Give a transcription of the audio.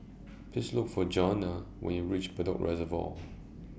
Please Look For Johnna when YOU REACH Bedok Reservoir